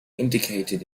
indicated